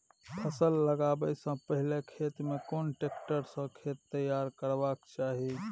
फसल लगाबै स पहिले खेत में कोन ट्रैक्टर स खेत तैयार करबा के चाही?